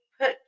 put